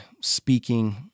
speaking